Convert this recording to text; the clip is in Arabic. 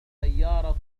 السيارة